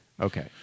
Okay